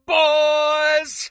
boys